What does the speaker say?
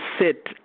sit